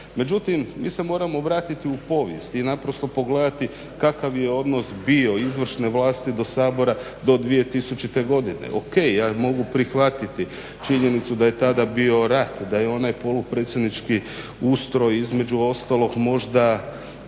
Međutim, mi se moramo vratiti u povijest i naprosto pogledati kakav je odnos bio izvršne vlasti do Sabora do 2000. godine. Ok, ja mogu prihvatiti činjenicu da je tada bio rat, da je onaj polupredsjednički ustroj između ostalog možda